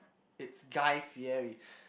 it's Guy-Fieri